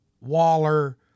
Waller